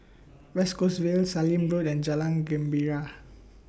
West Coast Vale Sallim Road and Jalan Gembira